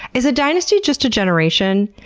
is a dynasty just a generation?